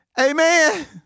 Amen